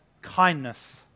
kindness